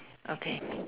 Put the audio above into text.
okay